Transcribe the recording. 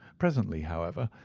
presently, however,